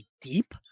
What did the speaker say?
deep